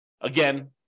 Again